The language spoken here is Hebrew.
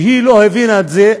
ולא הבינה את זה,